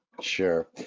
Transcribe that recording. Sure